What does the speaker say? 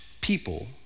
people